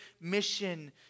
mission